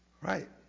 Right